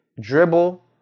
Dribble